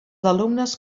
alumnes